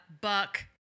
Buck